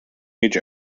age